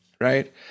Right